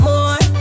More